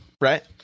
right